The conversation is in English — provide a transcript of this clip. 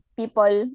people